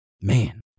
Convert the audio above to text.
Man